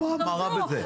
נו מה רע בזה?